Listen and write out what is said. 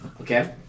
okay